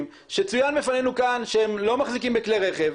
שצוין בפנינו כאן שהם לא מחזיקים בכלי רכב.